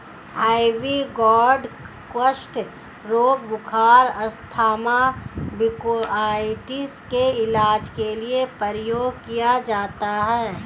ivy gourd कुष्ठ रोग, बुखार, अस्थमा, ब्रोंकाइटिस के इलाज के लिए प्रयोग किया जाता है